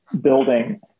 building